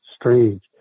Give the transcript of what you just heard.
strange